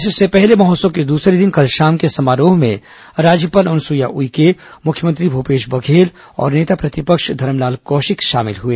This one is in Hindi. इससे पहले महोत्सव के दूसरे दिन कल शाम के समारोह में राज्यपाल अनुसुईया उइके मुख्यमंत्री भूपेश बघेल और नेता प्रतिपक्ष धरमलाल कौशिक शामिल हुए